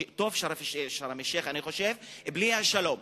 טוב שארם-א-שיח', אני חושב, בלי השלום.